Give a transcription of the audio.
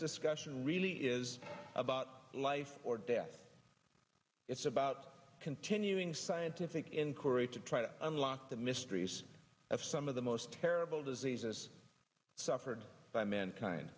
discussion really is about life or death it's about continuing scientific inquiry to try to unlock the mysteries of some of the most terrible diseases suffered by mankind